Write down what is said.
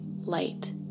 light